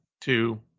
two